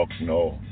no